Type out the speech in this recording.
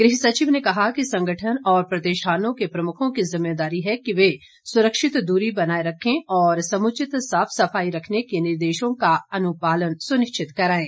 गृह सचिव ने कहा कि संगठन और प्रतिष्ठानों के प्रमुखों की जिम्मेदारी है कि वे सुरक्षित दूरी बनाए रखने और समुचित साफ सफाई रखने के निर्देशों का अनुपालन सुनिश्चित कराएं